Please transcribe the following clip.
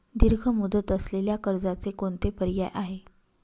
दीर्घ मुदत असलेल्या कर्जाचे कोणते पर्याय आहे?